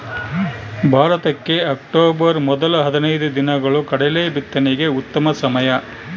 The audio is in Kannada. ಭಾರತಕ್ಕೆ ಅಕ್ಟೋಬರ್ ಮೊದಲ ಹದಿನೈದು ದಿನಗಳು ಕಡಲೆ ಬಿತ್ತನೆಗೆ ಉತ್ತಮ ಸಮಯ